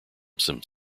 some